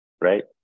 right